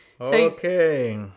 Okay